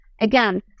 Again